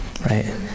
right